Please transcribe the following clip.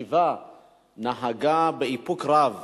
אני בהחלט חושב שיושבת-ראש הישיבה נהגה באיפוק רב